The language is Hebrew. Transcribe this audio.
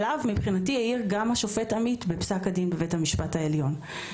עליו מבחינתי העיר גם השופט עמית בפסק הדין בבית המשפט העליון.